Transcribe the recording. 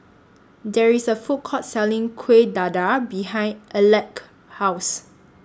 There IS A Food Court Selling Kuih Dadar behind Aleck's House